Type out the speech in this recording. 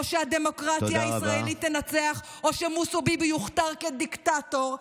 או שהדמוקרטיה הישראלית תנצח או שמוסוביבי יוכתר כדיקטטור.